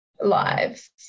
lives